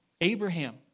Abraham